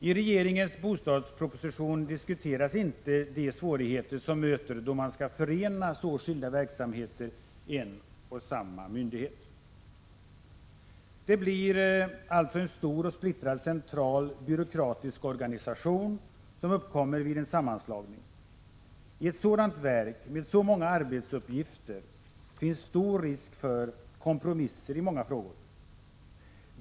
I regeringens bostadsproposition behandlas inte de svårigheter som möter då man skall förena så skilda verksamheter i en och samma myndighet. Det blir alltså en stor och splittrad central byråkratisk organisation som uppkommer vid en sammanslagning. I ett sådant verk med så många arbetsuppgifter finns stor risk för kompromisser i många frågor.